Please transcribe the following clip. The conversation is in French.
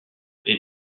est